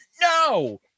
No